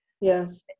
yes